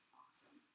awesome